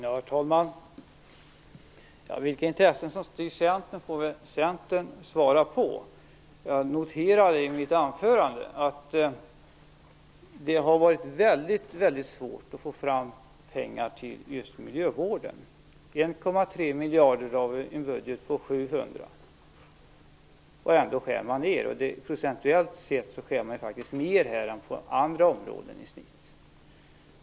Herr talman! Vilka intressen som styr Centern får väl Centern svara på. Jag noterade i mitt anförande att det har varit väldigt, väldigt svårt att få fram pengar till just miljövården - 1,3 miljarder kronor av en budget på 700 miljarder kronor. Ändå skär man procentuellt sett ned mer här än på andra områden i genomsnitt.